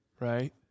right